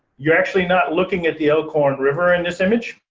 you're actually not looking at the elkhorn river in this image,